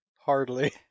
Hardly